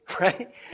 right